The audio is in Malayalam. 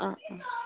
അ